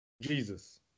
Jesus